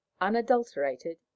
unadulterated